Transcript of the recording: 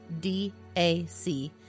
DAC